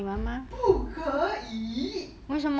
不可以